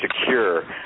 secure